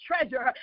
treasure